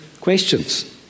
questions